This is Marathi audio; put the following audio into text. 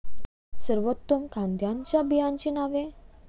सर्वोत्तम कांद्यांच्या बियाण्यांची नावे?